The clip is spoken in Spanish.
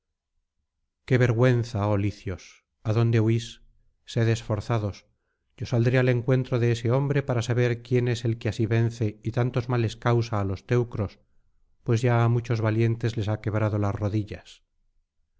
qué vergüenza oh licios adonde huís sed esforzados yo saldré al encuentro de ese hombre para saber quién es el que así vence y tantos males causa á los teucros pues ya á muchos valientes les ha quebrado las rodillas